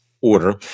order